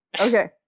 Okay